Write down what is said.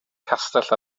castell